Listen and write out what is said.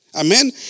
Amen